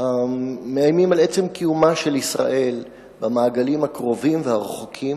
המאיימים על עצם קיומה של ישראל במעגלים הקרובים והרחוקים,